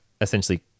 essentially